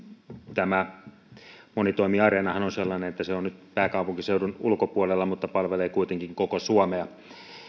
tämä monitoimiareenahan on sellainen että se on pääkaupunkiseudun ulkopuolella mutta palvelee kuitenkin koko suomea